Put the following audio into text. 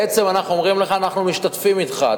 בעצם אנחנו אומרים לך: אנחנו משתתפים אתך.